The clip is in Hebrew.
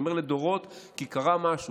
אני אומר "לדורות" כי קרה משהו.